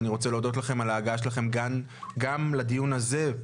ואני רוצה להודות לכם על ההגעה וההקשבה שלכם גם לאורך הדיון הזה.